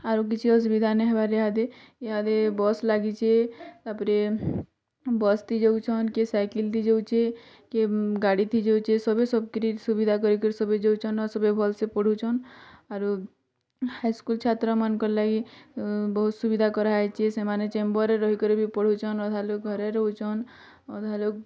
ଆରୁ କିଛି ଅସୁବିଧା ନା ହେବାକେ ଇହାଦି ଇହାଦି ବସ୍ ଲାଗିଛି ତାପରେ ବସ୍ଥି ଯାଉଛନ୍ କିଏ ସାଇକେଲ୍ତି ଯାଉଛେ କିଏ ଗାଡ଼ିଥି ଯାଉଛେ ସବେ ସବ୍ କିରି ସୁବିଧା କରି କରି ସବେ ଯାଉଛନ୍ ଆର୍ ସବେ ଭଲ୍ସେ ପଢ଼ୁଛନ୍ ଆରୁ ହାଇସ୍କୁଲ୍ ଛାତ୍ରମାନକର୍ ଲାଗି ବହୁତ୍ ସୁବିଧା କରାହୋଇଛି ସେମାନେ ଚାମ୍ୱର୍ରେ ରହିକରି ବି ପଢ଼ୁଛନ୍ ଆଧା ଲୋଗ୍ ଘରେ ରହୁଛନ୍ ଅଧା ଲୋଗ୍